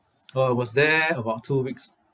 uh I was there about two weeks